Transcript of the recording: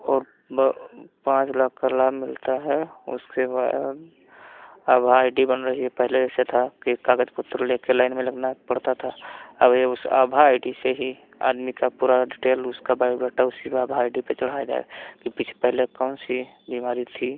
और पाँच लाख का लाभ मिलता है उसके बाद आभा आई डी बन रही है पहले ऐसे था कि कागज़ पत्तर लेके लाइन में लगना पड़ता था अभी उस आभा आई डी से ही आदमी का पूरा डिटेल उसका बायोडाटा उसी आभा आई डी पे चढ़ाया जाएगा कि पिछले पहले कौन सी बीमारी थी